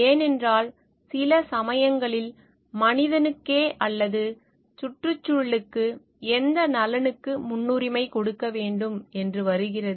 ஏனென்றால் சில சமயங்களில் மனிதனுக்கு அல்லது சுற்றுச்சூழலுக்கு எந்த நலனுக்கு முன்னுரிமை கொடுக்க வேண்டும் என்று வருகிறது